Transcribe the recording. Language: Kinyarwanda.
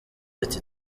ati